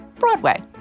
broadway